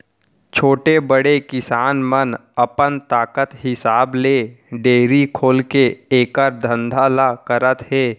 छोटे, बड़े किसान मन अपन ताकत हिसाब ले डेयरी खोलके एकर धंधा ल करत हें